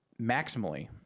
maximally